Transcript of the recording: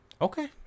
okay